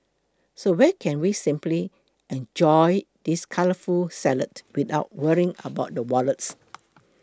so where can we sampling enjoy this colourful salad without worrying about the wallets